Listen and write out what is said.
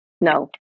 No